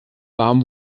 warm